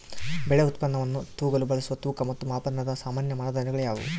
ಬೆಳೆ ಉತ್ಪನ್ನವನ್ನು ತೂಗಲು ಬಳಸುವ ತೂಕ ಮತ್ತು ಮಾಪನದ ಸಾಮಾನ್ಯ ಮಾನದಂಡಗಳು ಯಾವುವು?